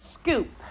Scoop